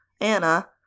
Anna